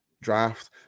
draft